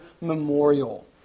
memorial